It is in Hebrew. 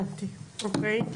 הבנתי, אוקיי.